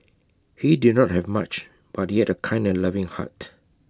he did not have much but he had A kind and loving heart